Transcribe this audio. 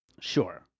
Sure